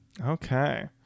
Okay